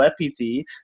WebPT